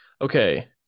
okay